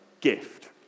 gift